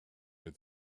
that